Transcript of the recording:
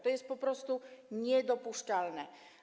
To jest po prostu niedopuszczalne.